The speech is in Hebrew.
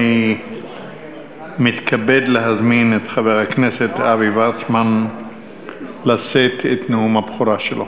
אני מתכבד להזמין את חבר הכנסת אבי וורצמן לשאת את נאום הבכורה שלו.